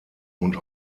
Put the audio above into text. und